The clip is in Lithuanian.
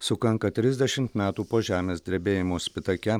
sukanka trisdešimt metų po žemės drebėjimo spitake